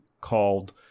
called